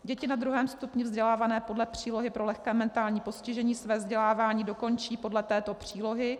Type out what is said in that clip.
Děti na druhém stupni vzdělávané podle přílohy pro lehké mentální postižení své vzdělávání dokončí podle této přílohy.